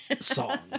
song